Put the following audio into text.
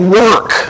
work